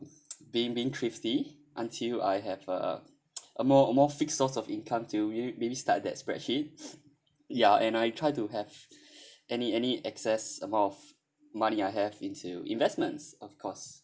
being being thrifty until I have a a more more fixed source of income to maybe start that spreadsheets ya and I try to have any any excess amount of money I have into investments of course